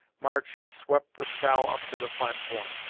march had swept the scow up to the platform.